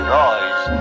noise